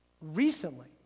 recently